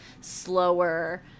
slower